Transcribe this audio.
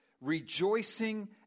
Rejoicing